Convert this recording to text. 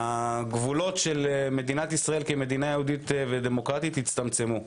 הגבולות של מדינת ישראל כמדינה יהודית ודמוקרטית יצטמצמו.